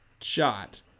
shot